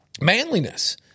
Manliness